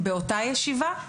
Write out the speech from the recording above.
באותה ישיבה,